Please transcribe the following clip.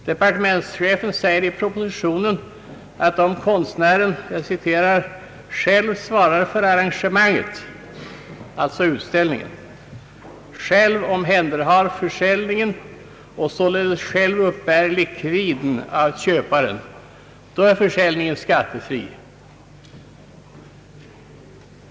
Departementschefen säger i propositionen att om konstnären »själv svarar för arrangemanget» — alltså utställningen — »själv omhänderhar försäljningen och således själv uppbär likviden av köparen», då är försäljningen skattefri.